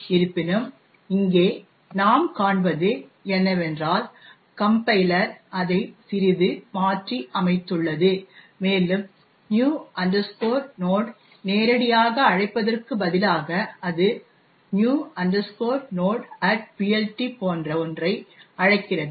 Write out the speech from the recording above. இருப்பினும் இங்கே நாம் காண்பது என்னவென்றால் கம்பைலர் அதை சிறிது மாற்றியமைத்துள்ளது மேலும் new node நேரடியாக அழைப்பதற்கு பதிலாக அது new nodePLT போன்ற ஒன்றை அழைக்கிறது